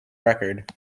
record